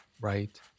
right